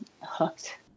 hooked